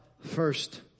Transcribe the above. first